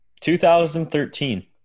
2013